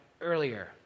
earlier